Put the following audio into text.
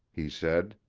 he said.